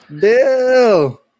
Bill